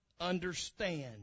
understand